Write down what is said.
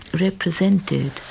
represented